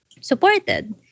supported